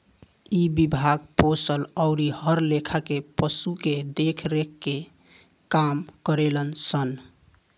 इ विभाग पोसल अउरी हर लेखा के पशु के देख रेख के काम करेलन सन